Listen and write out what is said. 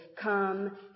come